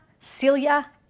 Celia